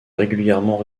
régulièrement